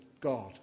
God